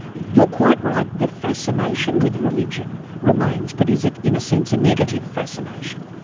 you're quite right the fascination with religion remains, but is it, in a sense, a negative fascination?